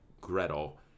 Gretel